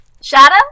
Shadow